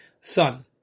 son